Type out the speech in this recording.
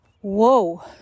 whoa